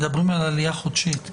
מדברים על עלייה חודשית.